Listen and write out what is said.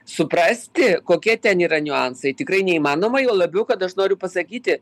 suprasti kokie ten yra niuansai tikrai neįmanoma juo labiau kad aš noriu pasakyti